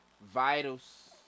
Vitals